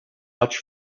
much